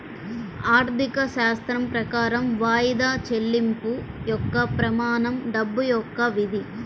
ఆర్థికశాస్త్రం ప్రకారం వాయిదా చెల్లింపు యొక్క ప్రమాణం డబ్బు యొక్క విధి